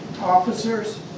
officers